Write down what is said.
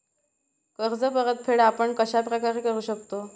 कर्ज परतफेड आपण कश्या प्रकारे करु शकतो?